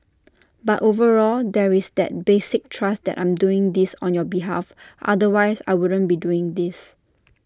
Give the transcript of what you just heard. but overall there is that basic trust that I'm doing this on your behalf otherwise I wouldn't be doing this